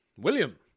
William